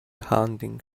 hunting